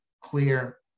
clear